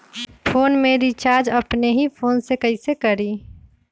Phone में recharge अपने ही फ़ोन से कईसे करी?